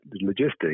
logistics